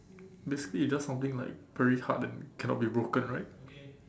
basically it's just something like very hard and cannot be broken right